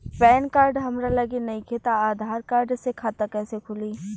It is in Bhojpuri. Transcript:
पैन कार्ड हमरा लगे नईखे त आधार कार्ड से खाता कैसे खुली?